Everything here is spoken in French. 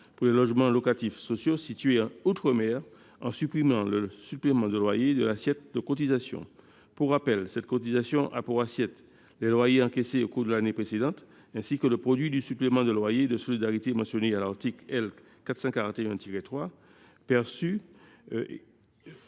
pour les logements locatifs sociaux situés en outre mer, en supprimant le supplément de loyer de l’assiette de cotisation. Pour rappel, cette cotisation a pour assiette les loyers encaissés au cours de l’année précédente, ainsi que le produit perçu du supplément de loyer de solidarité mentionné à l’article L. 441 3 du